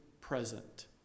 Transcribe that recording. present